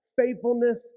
faithfulness